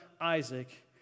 Isaac